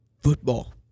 football